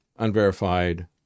unverified